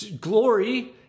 glory